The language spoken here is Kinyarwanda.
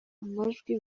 amajwi